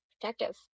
protective